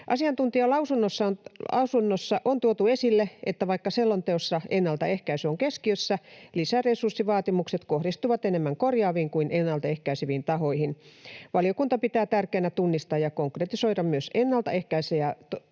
Asiantuntijalausunnoissa on tuotu esille, että vaikka selonteossa ennalta ehkäisy on keskiössä, lisäresurssivaatimukset kohdistuvat enemmän korjaaviin kuin ennaltaehkäiseviin tahoihin. Valiokunta pitää tärkeänä tunnistaa ja konkretisoida myös ennaltaehkäisevien toimien